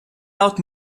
out